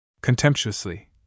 Contemptuously